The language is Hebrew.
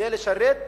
כדי שיוכלו לשרת,